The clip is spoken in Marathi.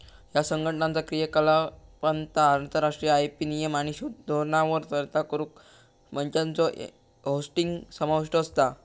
ह्या संघटनाचा क्रियाकलापांत आंतरराष्ट्रीय आय.पी नियम आणि धोरणांवर चर्चा करुक मंचांचो होस्टिंग समाविष्ट असता